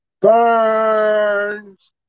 burns